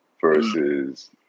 versus